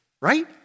right